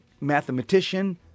mathematician